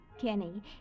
Kenny